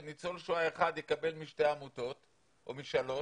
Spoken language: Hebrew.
ניצול שואה אחד יקבל משתי עמותות או משלוש